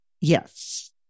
yes